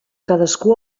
cadascú